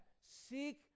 seek